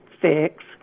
fix